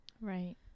Right